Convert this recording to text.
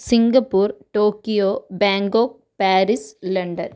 Singapore Tokyo Bangkok Paris London